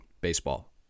baseball